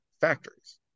factories